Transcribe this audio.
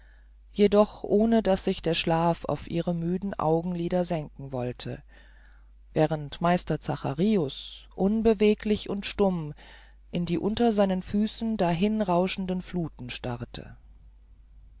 jedoch ohne daß sich der schlaf auf ihre müden augenlider senken wollte während meister zacharius unbeweglich und stumm in die unter seinen füßen dahinrauschende fluth starrte